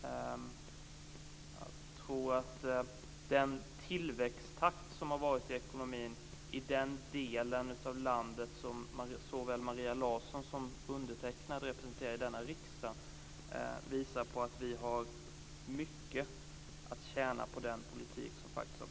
Jag tror att den tillväxttakt som har varit i ekonomin i den del av landet som såväl Maria Larsson som undertecknad representerar i denna riksdag visar att vi har mycket att tjäna på den politik som faktiskt har förts.